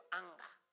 anger